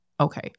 Okay